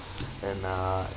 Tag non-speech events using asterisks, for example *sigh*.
*noise* and uh